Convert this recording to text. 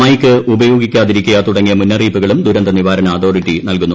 mic ഉപയോഗിക്കാതിരിക്കുക തുടങ്ങിയ മുന്നറിയിപ്പുകളും ദുരന്ത നിവാരണ അതോറിറ്റി നൽകുന്നു